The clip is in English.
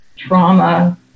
trauma